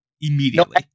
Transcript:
immediately